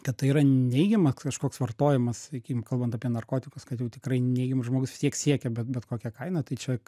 kad tai yra neigiamas kažkoks vartojimas sakykim kalbant apie narkotikus kad jau tikrai neigiamas žmogus vis tiek siekia bet bet kokia kaina tai čia